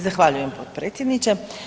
Zahvaljujem, potpredsjedniče.